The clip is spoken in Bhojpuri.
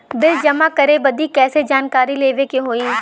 बिल जमा करे बदी कैसे जानकारी लेवे के होई?